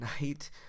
night